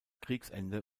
kriegsende